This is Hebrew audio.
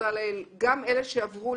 תודה לאל גם אלה שעברו,